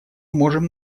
можем